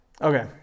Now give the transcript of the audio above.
Okay